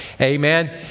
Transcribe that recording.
Amen